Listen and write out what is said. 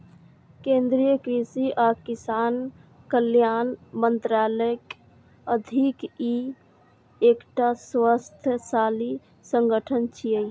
केंद्रीय कृषि आ किसान कल्याण मंत्रालयक अधीन ई एकटा स्वायत्तशासी संगठन छियै